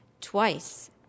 Twice